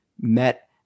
met